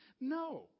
No